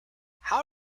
how